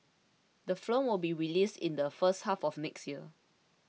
the film will be released in the first half of next year